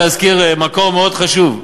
להזכיר מקור מאוד חשוב,